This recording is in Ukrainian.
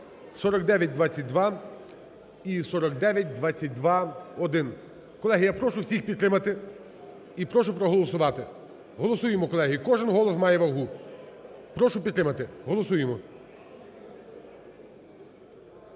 (4922 і 4922-1). Колеги, я прошу всіх підтримати і прошу проголосувати. Голосуємо, колеги. Кожен голос має вагу. Прошу підтримати. Голосуємо.